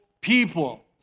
people